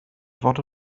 fod